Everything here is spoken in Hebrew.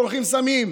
צורכים סמים,